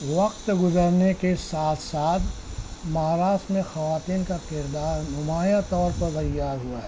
وقت گزرنے کے ساتھ ساتھ مہاراشٹر میں خواتین کا کردار نمایاں طور پر ہوا ہے